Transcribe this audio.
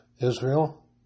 Israel